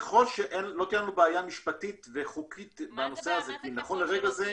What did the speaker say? ככל שלא תהיה לנו בעיה משפטית וחוקית -- מה זה ככל שלא תהיה?